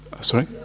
Sorry